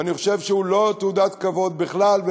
אני חושב שהוא לא תעודת כבוד בכלל,